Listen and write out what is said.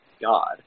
God